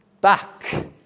back